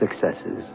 successes